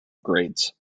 grades